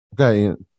Okay